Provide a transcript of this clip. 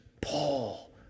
Paul